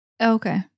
okay